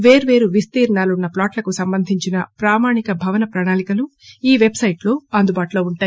పేర్వేరు విస్తీర్ణాలున్న ప్లాట్లకు సంబంధించిన ప్రామాణిక భవన ప్రణాళికలు ఈ పెబ్సైట్లో అందుబాటులో ఉంటాయి